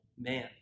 man